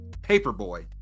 Paperboy